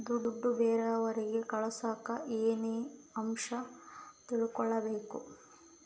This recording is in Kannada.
ದುಡ್ಡು ಬೇರೆಯವರಿಗೆ ಕಳಸಾಕ ಏನೇನು ಅಂಶ ತಿಳಕಬೇಕು?